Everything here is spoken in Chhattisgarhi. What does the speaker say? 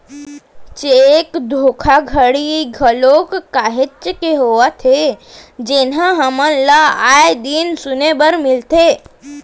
चेक धोखाघड़ी घलोक काहेच के होवत हे जेनहा हमन ल आय दिन सुने बर मिलथे